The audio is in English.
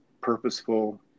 purposeful